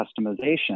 customization